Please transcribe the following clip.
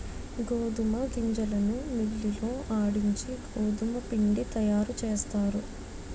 గోధుమ గింజలను మిల్లి లో ఆడించి గోధుమపిండి తయారుచేస్తారు